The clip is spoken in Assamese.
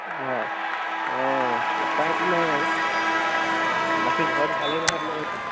অঁ অঁ উপাইতো নাই আৰু বাকী ঘৰত ভালেই নহয় আপোনালোকৰ